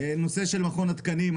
נושא של מכון התקנים,